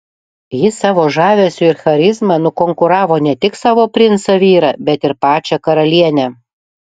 ji savo žavesiu ir charizma nukonkuravo ne tik savo princą vyrą bet ir pačią karalienę